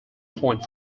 point